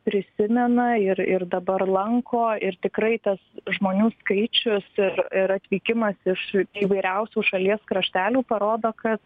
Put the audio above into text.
prisimena ir ir dabar lanko ir tikrai tas žmonių skaičius ir ir atvykimas iš įvairiausių šalies kraštelių parodo kas